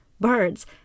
birds